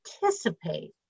participate